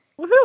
Woohoo